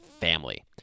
family